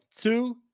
two